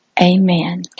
Amen